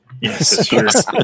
Yes